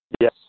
Yes